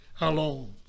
alone